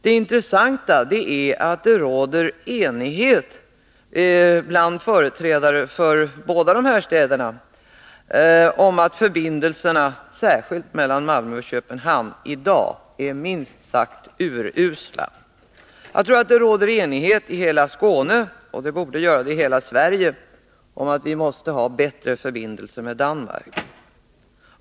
Det intressanta är i stället att det råder enighet bland företrädare för båda dessa städer om att förbindelserna, särskilt mellan Malmö och Köpenhamn, i dag är minst sagt urusla. Jag tror att det råder enighet i hela Skåne — så borde vara fallet i hela Sverige — om att vi måste ha bättre förbindelser med Danmark.